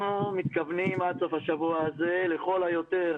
אנחנו מתכוונים עד סוף השבוע הזה, לכל היותר